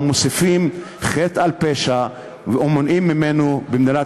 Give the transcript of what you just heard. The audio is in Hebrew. מוסיפים חטא על פשע ומונעים ממנו במדינת